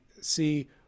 see